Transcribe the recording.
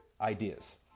ideas